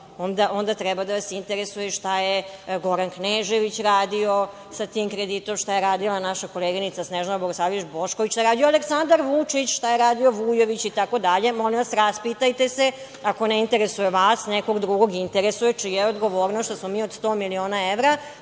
onda treba da vas interesuje šta je Goran Knežević radio sa tim kreditom, šta je radila naša koleginica Snežana Bogosavljević Bošković, šta je radio Aleksandar Vučić, šta je radio Vujović itd. Molim vas, raspitajte se. Ako ne interesuje vas, nekog drugog interesuje čija je odgovornost što smo mi od 100 miliona evra,